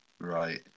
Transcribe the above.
Right